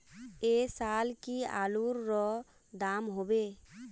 ऐ साल की आलूर र दाम होबे?